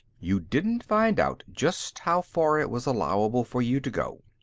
you didn't find out just how far it was allowable for you to go.